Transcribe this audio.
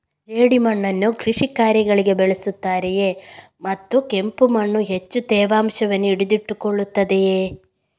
ಜೇಡಿಮಣ್ಣನ್ನು ಕೃಷಿ ಕಾರ್ಯಗಳಿಗೆ ಬಳಸುತ್ತಾರೆಯೇ ಮತ್ತು ಕೆಂಪು ಮಣ್ಣು ಹೆಚ್ಚು ತೇವಾಂಶವನ್ನು ಹಿಡಿದಿಟ್ಟುಕೊಳ್ಳುತ್ತದೆಯೇ?